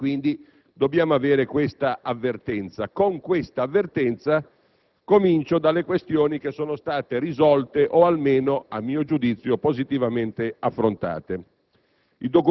mesi. Dobbiamo avere pertanto questa avvertenza. Inizio dalle questioni che sono state risolte o almeno, a mio giudizio, positivamente affrontate.